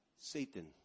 Satan